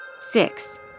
Six